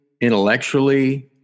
intellectually